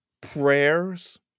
prayers